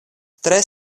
tre